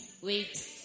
wait